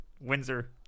Windsor